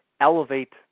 elevate